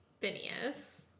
Phineas